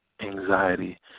anxiety